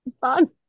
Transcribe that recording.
fun